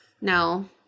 No